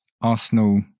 Arsenal